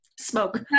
Smoke